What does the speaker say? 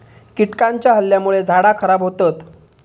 कीटकांच्या हल्ल्यामुळे झाडा खराब होतत